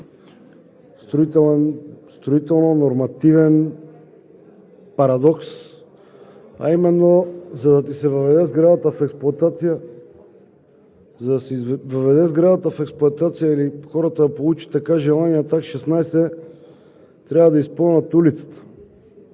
строително-нормативен парадокс, а именно: за да ти се въведе сградата в експлоатация и хората да получат така желания Акт 16, трябва да изпълнят улицата.